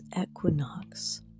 equinox